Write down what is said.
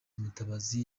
mutabazi